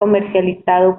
comercializado